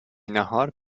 ناهار